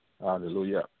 Hallelujah